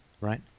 right